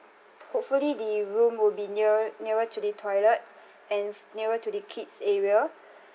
hopefully the room will be neare~ nearer to the toilets and f~ nearer to the kids area